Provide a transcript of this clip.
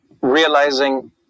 realizing